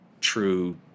true